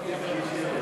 נתקבלה.